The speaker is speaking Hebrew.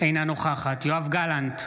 אינה נוכחת יואב גלנט,